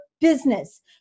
business